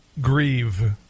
grieve